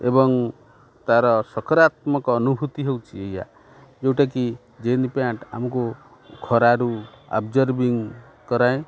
ଏବଂ ତାର ସକରାତ୍ମକ ଅନୁଭୂତି ହେଉଛି ଏହା ଯେଉଁଟାକି ଜିନ୍ ପ୍ୟାଣ୍ଟ୍ ଆମକୁ ଖରାରୁ ଆବଜର୍ବିଙ୍ଗ୍ କରାଏ